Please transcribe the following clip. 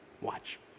Watch